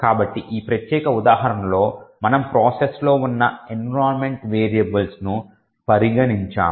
కాబట్టి ఈ ప్రత్యేక ఉదాహరణలో మనం ప్రాసెస్ లో ఉన్న ఎన్విరాన్మెంట్ వేరియబుల్స్ను పరిగణించాము